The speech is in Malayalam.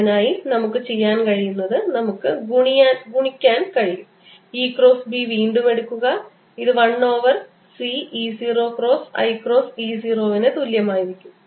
അതിനായി നമുക്ക് ചെയ്യാൻ കഴിയുന്നത് നമുക്ക് ഗുണിക്കാൻ കഴിയും E ക്രോസ് B വീണ്ടും എടുക്കുക ഇത് 1 over c E 0 cross i cross E 0 ന് തുല്യമായിരിക്കും